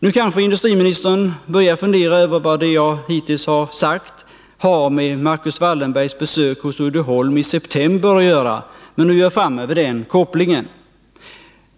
Nu kan industriministern börja fundera över vad det jag hittills har sagt har med Marcus Wallenbergs besök hos Uddeholm i september att göra, men jag är framme vid den kopplingen.